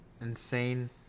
insane